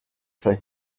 for